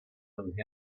live